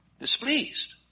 displeased